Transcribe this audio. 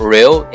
Real